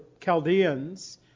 chaldeans